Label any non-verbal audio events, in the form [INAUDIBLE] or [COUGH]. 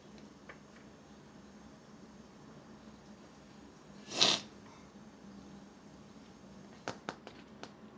[BREATH]